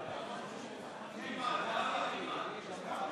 אנחנו עוברים להצעות